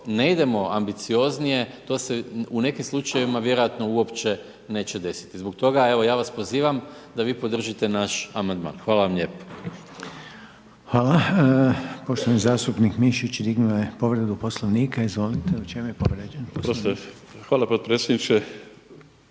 ne idemo ambicioznije, to se u nekim slučajevima vjerojatno uopće neće desiti. Zbog toga evo ja vas pozivam da vi podržite naš amandman. Hvala vam lijepo. **Reiner, Željko (HDZ)** Hvala. Poštovani zastupnik dignuo je povredu Poslovnika, izvolite, u čem je povrijeđen Poslovnik?